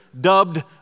dubbed